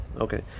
Okay